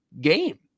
game